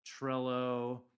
Trello